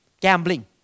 gambling